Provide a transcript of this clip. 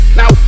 now